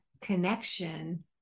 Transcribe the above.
connection